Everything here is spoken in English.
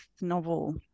novel